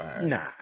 nah